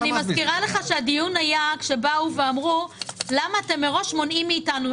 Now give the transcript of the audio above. אני מזכירה לך שהדיון היה כשבאו ואמרו למה אתם מראש מונעים מאתנו,